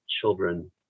children